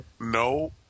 no